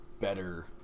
better